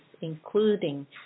including